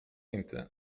inte